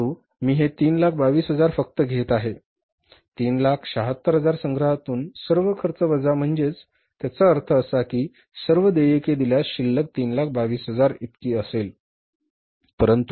परंतु मी हे 322000 फक्त घेत आहे 376000 संग्रहातून सर्व खर्च वजा म्हणजे त्याचा अर्थ असा की सर्व देयके दिल्यास शिल्लक 322000 इतकी असेल